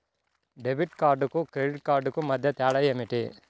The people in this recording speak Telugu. డెబిట్ కార్డుకు క్రెడిట్ కార్డుకు మధ్య తేడా ఏమిటీ?